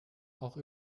auch